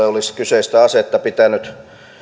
olisi pitänyt